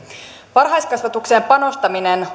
varhaiskasvatukseen panostaminen